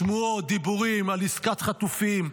שמועות ודיבורים על עסקת חטופים,